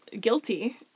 guilty